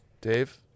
Dave